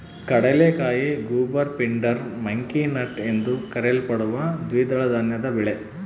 ಕಡಲೆಕಾಯಿ goober pindar monkey nut ಎಂದೂ ಕರೆಯಲ್ಪಡುವ ದ್ವಿದಳ ಧಾನ್ಯದ ಬೆಳೆ